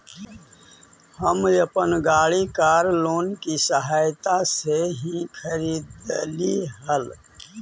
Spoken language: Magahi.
हम अपन गाड़ी कार लोन की सहायता से ही खरीदली हल